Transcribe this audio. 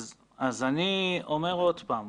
אני אומר שוב.